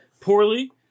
poorly